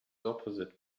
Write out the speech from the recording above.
opposite